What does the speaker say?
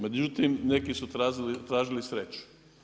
Međutim, neki su tražili sreću.